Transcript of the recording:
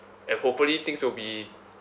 and hopefully things will be